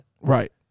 Right